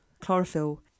chlorophyll